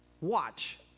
watch